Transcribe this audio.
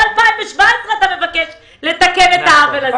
מ-2017 אתה מבקש לתקן את העוול הזה.